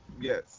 Yes